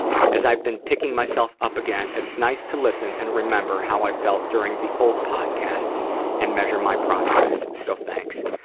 as i've been picking myself up again, it's nice to listen and remember how i felt during the old podcasts and measure my progress. so thanks.